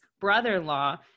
brother-in-law